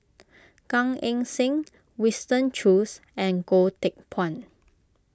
Gan Eng Seng Winston Choos and Goh Teck Phuan